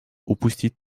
упустить